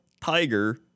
tiger